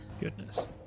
Goodness